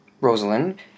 Rosalind